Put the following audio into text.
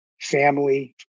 family